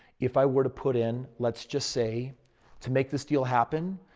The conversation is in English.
if i were to put in. let's just say to make this deal happen,